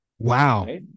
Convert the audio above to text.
Wow